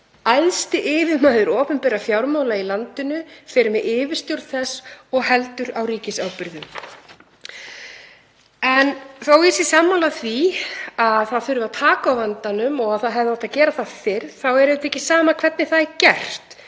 æðsti yfirmaður opinberra fjármála í landinu, fer með yfirstjórn þeirra og heldur á ríkisábyrgðum. Þó að ég sé sammála því að það þurfi að taka á vandanum og að það hefði átt að gera það fyrr þá er ekki sama hvernig það er gert,